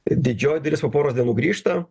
didžioji dalis po poros dienų grįžta